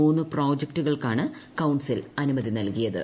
മൂന്നു പ്രോജക്ടുകൾക്കാണ് കൌൺസിൽ അനുമതി നൽകിയത്